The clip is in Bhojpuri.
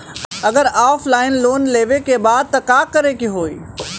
अगर ऑफलाइन लोन लेवे के बा त का करे के होयी?